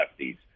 lefties